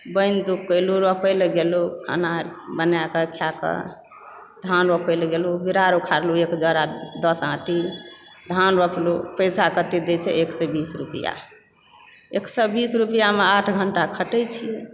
बोनि धू कयलूँ रोपै ला गेलुँ खाना अर बनाके खाकऽ धान रोपै लऽ गेलुँ बिरार उखाड़लूँ एक झोड़ा दस आँटी धान रोपलुँ पैसा कतए दय छै एक सए बीस रुपैआ एक सए बीस रुपैआमे आठ घण्टा खटै छी